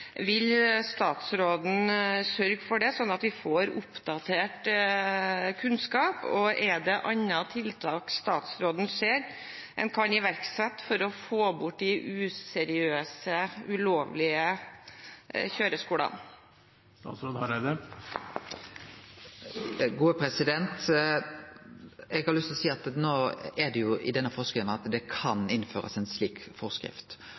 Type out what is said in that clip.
vil sendes på høring. Vil statsråden sørge for det, slik at vi får oppdatert kunnskap? Ser statsråden andre tiltak en kan iverksette for å få bort de useriøse, ulovlige kjøreskolene? Det kan innførast ei slik forskrift.